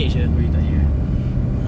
!oi! tak ya eh